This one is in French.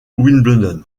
wimbledon